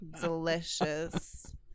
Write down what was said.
delicious